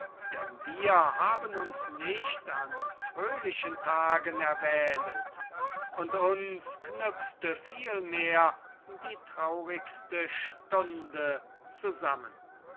denn wir haben uns nicht an fröhlichen tagen erwählet und uns knüpfte vielmehr die traurigste stunde zusammen